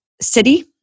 city